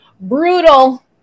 brutal